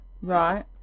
Right